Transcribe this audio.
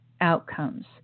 outcomes